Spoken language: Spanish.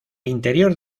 interior